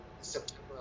September